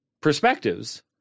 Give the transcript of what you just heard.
perspectives